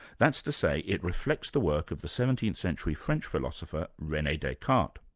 that's to say it reflects the work of the seventeenth century french philosopher renee descartes.